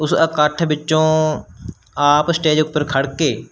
ਉਸ ਇਕੱਠ ਵਿੱਚੋਂ ਆਪ ਸਟੇਜ ਉੱਪਰ ਖੜ੍ਹ ਕੇ